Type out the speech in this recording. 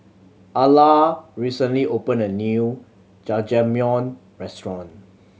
Alla recently opened a new Jajangmyeon Restaurant